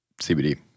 CBD